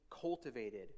cultivated